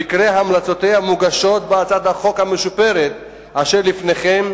ועיקרי המלצותיה מוגשים בהצעת החוק המשופרת אשר לפניכם,